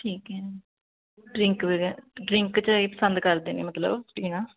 ਠੀਕ ਹੈ ਡਰਿੰਕ ਵਗੇ ਡਰਿੰਕ 'ਚ ਇਹ ਪਸੰਦ ਕਰਦੇ ਨੇ ਮਤਲਬ ਪੀਣਾ